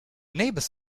neighbour